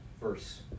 verse